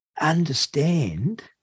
understand